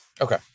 Okay